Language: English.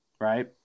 Right